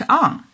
on